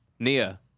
Nia